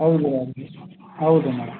ಹೌದು ಮ್ಯಾಮ್ ಹೌದು ಮೇಡಮ್